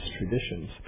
traditions